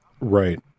Right